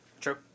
True